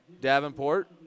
Davenport